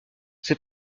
c’est